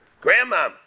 Grandma